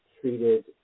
treated